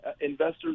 investors